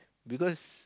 because